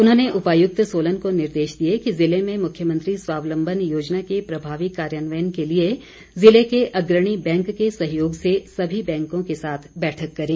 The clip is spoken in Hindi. उन्होंने उपायुक्त सोलन को निर्देश दिए कि जिले में मुख्यमंत्री स्वावलंबन योजना के प्रभावी कार्यान्वयन के लिए जिले के अग्रणी बैंक के सहयोग से सभी बैंकों के साथ बैठक करें